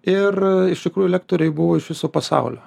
ir iš tikrųjų lektoriai buvo iš viso pasaulio